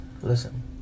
listen